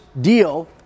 deal